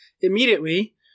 immediately